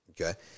Okay